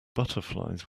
butterflies